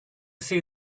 see